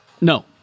No